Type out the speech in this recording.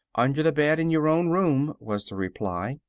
under the bed in your own room, was the reply.